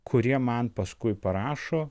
kurie man paskui parašo